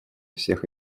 всех